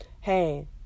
hey